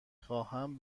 خواهم